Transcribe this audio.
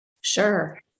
Sure